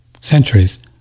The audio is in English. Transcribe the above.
centuries